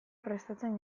prestatzen